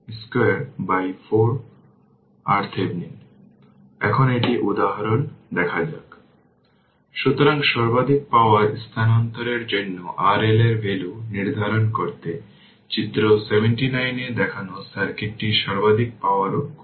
সুতরাং অনেক কিছু করা হয়েছে এবং সর্বাধিক পাওয়ার ট্রান্সফারের জন্য pLmax VThevenin 2 বাই 4 RThevenin সুতরাং 769 2 বাই 4 RThevenin যা 4615 32051 ওয়াট